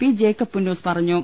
P Jacob Punnoose പറഞ്ഞു